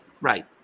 right